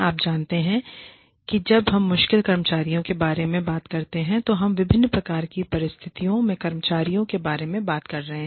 आप जानते हैं कि जब हम मुश्किल कर्मचारियों के बारे में बात करते हैं तो हम विभिन्न प्रकार की परिस्थितियों में कर्मचारियों के बारे में बात कर रहे हैं